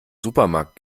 supermarkt